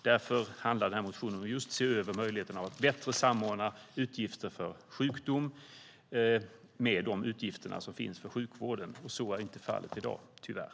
Därför handlar den här motionen just om att se över möjligheten att bättre samordna utgifter för sjukdom med de utgifter som finns för sjukvården. Så är inte fallet i dag, tyvärr.